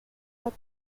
not